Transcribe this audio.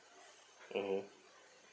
mmhmm